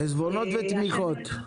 עיזבונות ותמיכות,